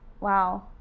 Wow